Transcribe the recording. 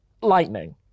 Lightning